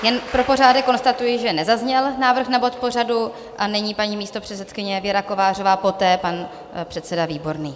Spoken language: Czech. Jen pro pořádek konstatuji, že nezazněl návrh na bod pořadu, a nyní paní místopředsedkyně Věra Kovářová, poté pan předseda Výborný.